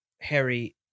Harry